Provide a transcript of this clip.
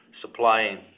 supplying